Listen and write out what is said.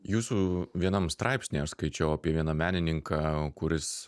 jūsų vienam straipsnį aš skaičiau apie vieną menininką kuris